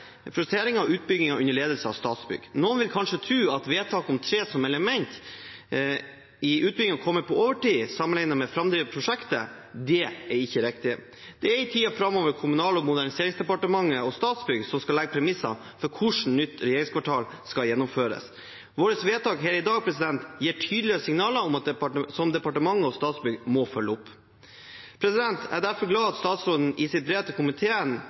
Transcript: prosjekteringen av utbyggingen under ledelse av Statsbygg. Noen vil kanskje tro at vedtaket om tre som element i utbyggingen kommer på overtid, sammenlignet med framdriften av prosjektet. Det er ikke riktig. Det er i tiden framover Kommunal- og moderniseringsdepartementet og Statsbygg som skal legge premissene for hvordan det nye regjeringskvartalet skal gjennomføres. Våre vedtak i dag gir tydelige signaler som departementet og Statsbygg må følge opp. Jeg er derfor glad for at statsråden i sitt brev til komiteen